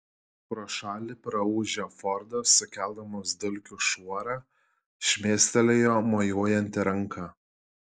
pro šalį praūžė fordas sukeldamas dulkių šuorą šmėstelėjo mojuojanti ranka